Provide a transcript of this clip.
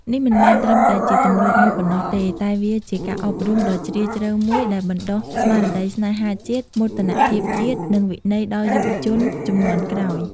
នេះមិនមែនត្រឹមតែជាទម្លាប់មួយប៉ុណ្ណោះទេ តែវាជាការអប់រំដ៏ជ្រាលជ្រៅមួយដែលបណ្ដុះស្មារតីស្នេហាជាតិ មោទនភាពជាតិ និងវិន័យដល់យុវជនជំនាន់ក្រោយ។